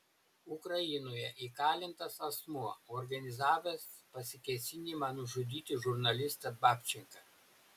ukrainoje įkalintas asmuo organizavęs pasikėsinimą nužudyti žurnalistą babčenką